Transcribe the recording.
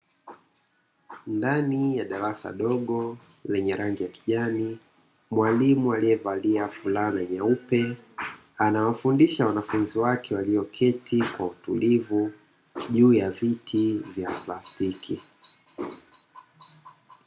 Ndani ya darasa dogo lenye rangi ya kijani, mwalimu aliyevalia fulana nyeupe anawafundisha wanafunzi wake walioketi kwa utulivu juu ya viti vya plastiki.